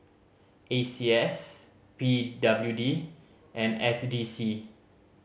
A C S P W D and S D C